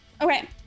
Okay